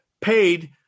paid